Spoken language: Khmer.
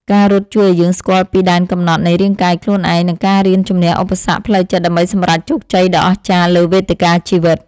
ការរត់ជួយឱ្យយើងស្គាល់ពីដែនកំណត់នៃរាងកាយខ្លួនឯង និងការរៀនជម្នះឧបសគ្គផ្លូវចិត្តដើម្បីសម្រេចជោគជ័យដ៏អស្ចារ្យលើវេទិកាជីវិត។